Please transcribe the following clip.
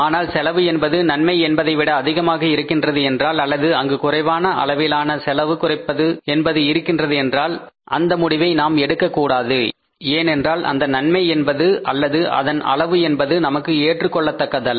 ஆனால் செலவு என்பது நன்மை என்பதைவிட அதிகமாக இருக்கின்றது என்றால் அல்லது அங்கு குறைந்த அளவிலான செலவு குறைப்பது என்பது இருக்கின்றது என்றால் அந்த முடிவை நாம் எடுக்க கூடாது ஏனென்றால் அந்த நன்மை என்பது அல்லது அதன் அளவு என்பது நமக்கு ஏற்றுக்கொள்ளத்தக்கதல்ல